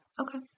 Okay